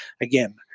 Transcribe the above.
Again